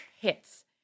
hits